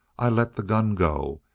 i let the gun go,